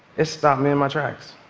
it stopped me in my tracks.